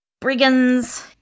Brigands